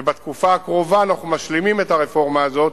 ובתקופה הקרובה אנחנו משלימים את הרפורמה הזאת